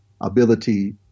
ability